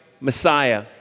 Messiah